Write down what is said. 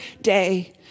day